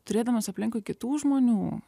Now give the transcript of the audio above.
turėdamas aplinkui kitų žmonių